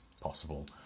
possible